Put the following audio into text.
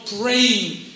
praying